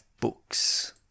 books